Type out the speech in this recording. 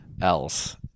else